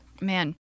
man